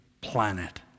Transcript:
planet